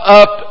up